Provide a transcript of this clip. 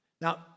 now